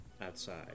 outside